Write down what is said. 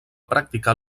practicar